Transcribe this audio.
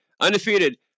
Undefeated